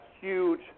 huge